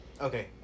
Okay